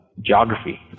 geography